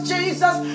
Jesus